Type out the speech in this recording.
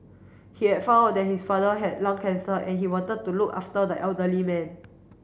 he had found out that his father had lung cancer and he wanted to look after the elderly man